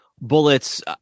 Bullets